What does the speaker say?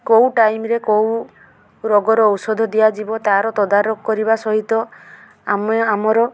କେଉଁ ଟାଇମ୍ରେ କେଉଁ ରୋଗର ଔଷଧ ଦିଆଯିବ ତା'ର ତଦାରଖ କରିବା ସହିତ ଆମେ ଆମର